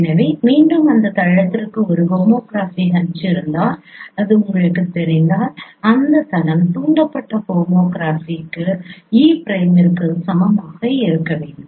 எனவே மீண்டும் அந்த தளத்திற்கு ஒரு ஹோமோகிராபி H இருந்தால் உங்களுக்குத் தெரிந்தால் எனவே அந்த தளம் தூண்டப்பட்ட ஹோமோகிராஃபிக்கு e பிரைமிற்கு சமமாக இருக்க வேண்டும்